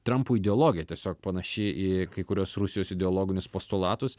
trampo ideologija tiesiog panaši į kai kuriuos rusijos ideologinius postulatus